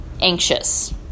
anxious